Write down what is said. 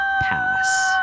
pass